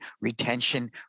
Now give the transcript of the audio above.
retention